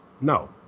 no